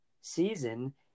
season